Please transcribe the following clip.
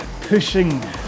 pushing